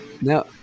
No